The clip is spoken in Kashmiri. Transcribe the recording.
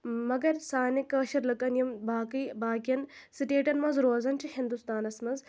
مگر سانہِ کٲشِر لُکَن یِم باقٕے باقٕیَن سِٹیٹَن منٛز روزان چھِ ہندوستانس منٛز